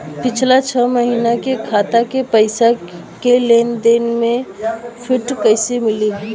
पिछला छह महीना के खाता के पइसा के लेन देन के प्रींट कइसे मिली?